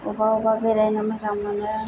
अबा अबा बेरायनो मोजां मोनो